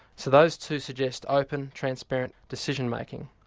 so those two suggest open, transparent decision-making,